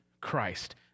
Christ